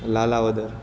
Lalavadar